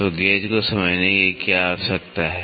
तो गेज （gauge）को समझने की क्या आवश्यकता है